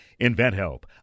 InventHelp